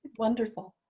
wonderful.